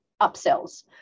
upsells